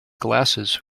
glasses